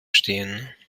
stehen